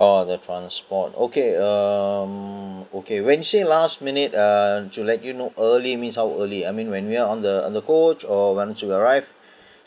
oh the transport okay um okay when you say last minute uh to let you know early means how early I mean when we are on the on the coach or once you arrive